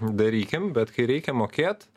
darykim bet kai reikia mokėt